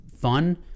fun